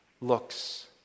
looks